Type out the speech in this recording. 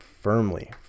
firmly